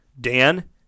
Dan